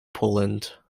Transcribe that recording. poland